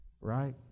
right